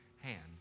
hand